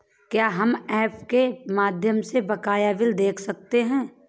क्या हम ऐप के माध्यम से बकाया बिल देख सकते हैं?